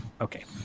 Okay